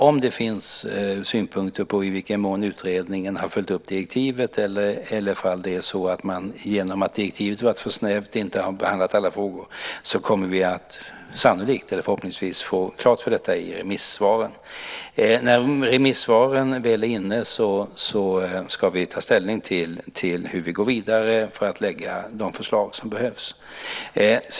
Om det finns synpunkter på i vilken mån utredningen har följt upp direktivet eller om det är så att man genom att direktivet varit för snävt inte har behandlat alla frågor så kommer vi förhoppningsvis att få klart med detta i remissvaren. När remissvaren väl är inne ska vi ta ställning till hur vi går vidare för att lägga fram de förslag som behövs.